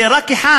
זה רק אחד.